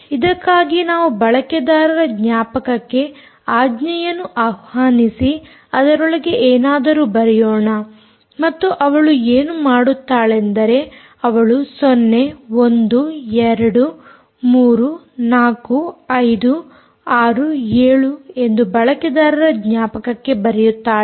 ಇದಕ್ಕಾಗಿ ನಾವು ಬಳಕೆದಾರರ ಜ್ಞಾಪಕಕ್ಕೆ ಆಜ್ಞೆಯನ್ನು ಆಹ್ವಾನಿಸಿ ಅದರೊಳಗೆ ಏನಾದರೂ ಬರೆಯೋಣ ಮತ್ತು ಅವಳು ಏನು ಮಾಡುತ್ತಾಳೆಂದರೆ ಅವಳು 0 1 2 3 4 5 6 7 ಎಂದು ಬಳಕೆದಾರರ ಜ್ಞಾಪಕಕ್ಕೆ ಬರೆಯುತ್ತಾಳೆ